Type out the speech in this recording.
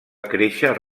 créixer